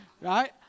Right